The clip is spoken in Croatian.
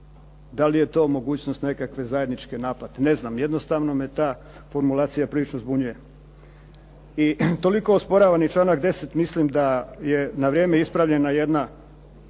da li je to mogućnost nekakve zajedničke naplate. Ne znam, jednostavno me ta formulacija prilično zbunjuje. I toliko osporavani članak 10. mislim da je na vrijeme ispravljena jedna